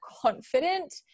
confident